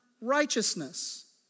righteousness